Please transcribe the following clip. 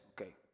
okay